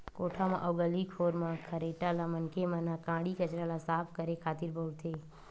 कोठा म अउ गली खोर म खरेटा ल मनखे मन ह काड़ी कचरा ल साफ करे खातिर बउरथे